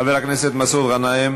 חבר הכנסת מסעוד גנאים,